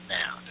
now